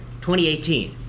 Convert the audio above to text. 2018